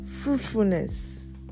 fruitfulness